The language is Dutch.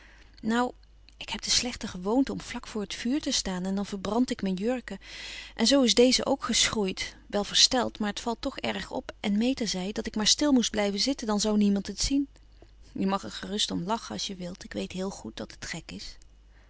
nou ik heb de slechte gewoonte om vlak voor t vuur te staan en dan verbrand ik mijn jurken en zoo is deze ook geschroeid wel versteld maar het valt toch erg op en meta zei dat ik maar stil moest blijven zitten dan zou niemand het zien je mag er gerust om lachen als je wilt ik weet heel goed dat het gek is